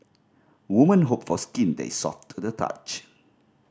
women hope for skin that is soft to the touch